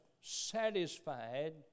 satisfied